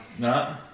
No